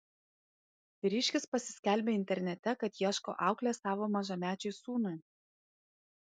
vyriškis pasiskelbė internete kad ieško auklės savo mažamečiui sūnui